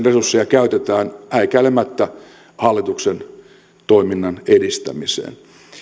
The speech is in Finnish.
resursseja käytetään häikäilemättä hallituksen toiminnan edistämiseen